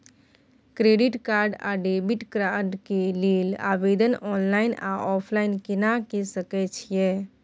Credit card आ debit card के लेल आवेदन ऑनलाइन आ ऑफलाइन केना के सकय छियै?